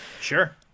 Sure